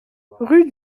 rue